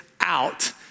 out